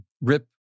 Rip